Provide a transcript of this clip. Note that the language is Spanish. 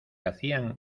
hacían